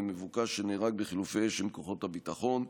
מבוקש שנהרג בחילופי אש עם כוחות הביטחון,